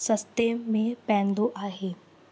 सस्ते में पवंदो आहे